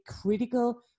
critical